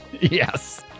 Yes